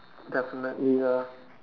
definitely lah